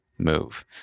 Move